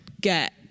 get